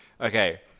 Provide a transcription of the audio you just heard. Okay